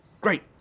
Great